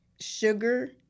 sugar